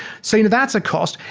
so you know that's a cost.